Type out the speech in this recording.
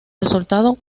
resultado